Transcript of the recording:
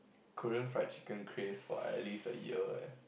Korean fried chicken craze for at least a year eh